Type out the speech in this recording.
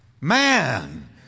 Man